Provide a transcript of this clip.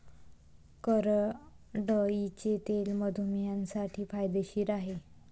करडईचे तेल मधुमेहींसाठी फायदेशीर आहे